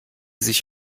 sich